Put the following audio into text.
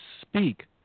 speak